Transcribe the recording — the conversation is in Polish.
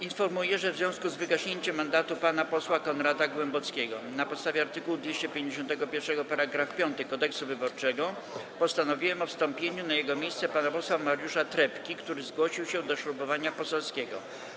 Informuję, że w związku z wygaśnięciem mandatu pana posła Konrada Głębockiego na podstawie art. 251 § 5 Kodeksu wyborczego postanowiłem o wstąpieniu na jego miejsce pana posła Mariusza Trepki, który zgłosił się do ślubowania poselskiego.